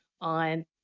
on